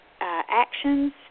actions